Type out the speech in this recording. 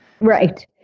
Right